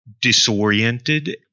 disoriented